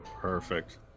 Perfect